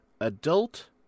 Adult